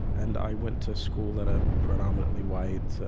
and i went to school at a predominantly white